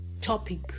topic